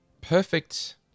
perfect